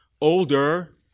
older